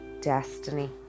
destiny